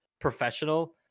professional